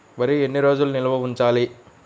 వరి ఎన్ని రోజులు నిల్వ ఉంచాలి?